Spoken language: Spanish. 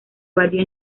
varía